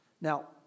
Now